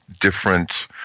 different